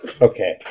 Okay